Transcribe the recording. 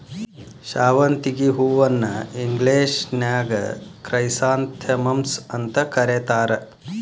ಶಾವಂತಿಗಿ ಹೂವನ್ನ ಇಂಗ್ಲೇಷನ್ಯಾಗ ಕ್ರೈಸಾಂಥೆಮಮ್ಸ್ ಅಂತ ಕರೇತಾರ